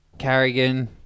Carrigan